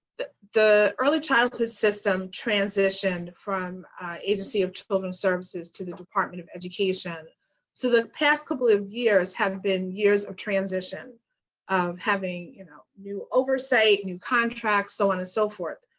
the the early childhood system transitioned from agency of children's services to the department of education so the past couple of years have been years of transition of having you know new oversight, new contracts, so on and so forth.